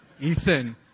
Ethan